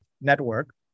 network